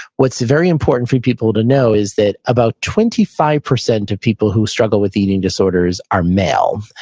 what's very important for people to know is that about twenty five percent of people who struggle with eating disorders are male.